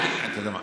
אתה יודע מה,